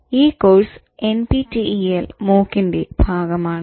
ഈ course NPTEL MOOC ൻറെ ഭാഗമാണ്